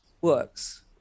works